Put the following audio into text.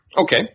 Okay